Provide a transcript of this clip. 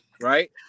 right